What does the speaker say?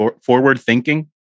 forward-thinking